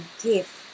gift